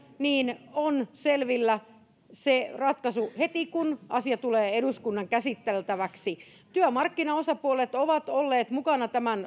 on selvillä heti kun asia tulee eduskunnan käsiteltäväksi työmarkkinaosapuolet ovat olleet mukana tämän